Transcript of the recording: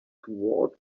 toward